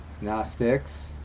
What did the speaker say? Gnostics